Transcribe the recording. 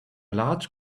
large